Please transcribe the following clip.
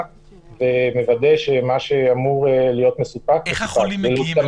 ומוודא שמה שאמור להיות מסופק אכן מסופק.